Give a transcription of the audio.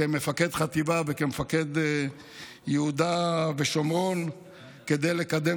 כמפקד חטיבה וכמפקד יהודה ושומרון כדי לקדם